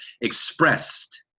expressed